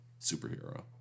superhero